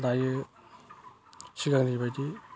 दायो सिगांनि बायदि